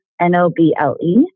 N-O-B-L-E